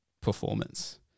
performance